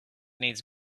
needs